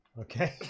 Okay